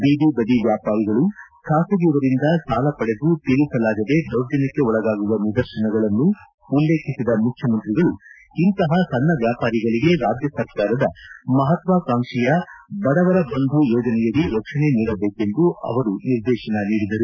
ಬೀದಿಬದಿ ವ್ಯಾಪಾರಿಗಳು ಖಾಸಗಿಯವರಿಂದ ಸಾಲ ಪಡೆದು ತೀರಿಸಲಾಗದೆ ದೌರ್ಜನ್ಟಕ್ಕೆ ಒಳಗಾಗುವ ನಿದರ್ಶನಗಳನ್ನು ಉಲ್ಲೇಖಿಸಿದ ಮುಖ್ಯಮಂತ್ರಿಗಳು ಇಂತಹ ಸಣ್ಣ ವ್ಯಾಪಾರಿಗಳಿಗೆ ರಾಜ್ಯಸರ್ಕಾರದ ಮಹತ್ವಾಕಾಂಕ್ಷೆಯ ಬಡವರ ಬಂಧು ಯೋಜನೆಯಡಿ ರಕ್ಷಣೆ ನೀಡಬೇಕೆಂದು ಅವರು ನಿರ್ದೇತನ ನೀಡಿದರು